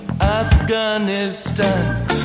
Afghanistan